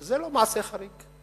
זה לא מעשה חריג.